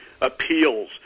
appeals